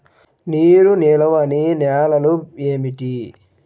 నీరు నిలువని నేలలు ఏమిటి?